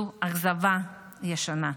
בבקשה.